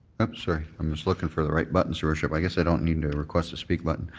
i'm sorry. i'm just looking for the right button. sort of i guess i don't need to request the speed button.